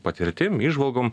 patirtim įžvalgom